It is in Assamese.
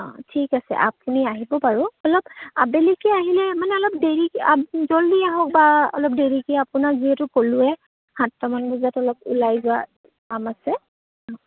আ ঠিক আছে আপুনি আহিব বাৰু অলপ আবেলিকৈ আহিলে মানে অলপ দেৰিকৈ জলদি আহক বা অলপ দেৰিকৈ আপোনাক যিহেতু কলোঁৱেই সাতটামান বজাত অলপ ওলাই যোৱা কাম আছে